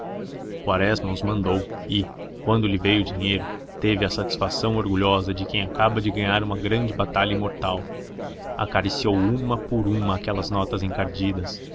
quaresma os mandou e quando lhe veio o dinheiro teve a satisfação orgulhosa de quem acaba de ganhar uma grande batalha imortal acariciou uma por uma aquelas notas encardidas